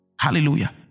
Hallelujah